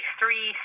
three